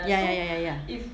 ya ya ya ya ya